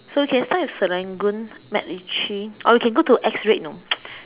so we can start with Serangoon MacRitchie or we can go to X rate you know